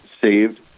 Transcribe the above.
saved